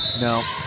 No